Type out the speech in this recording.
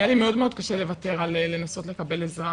היה לי מאוד מאוד קשה לוותר על לנסות לקבל עזרה